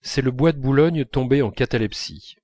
c'est le bois de boulogne tombé en catalepsie